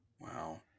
Wow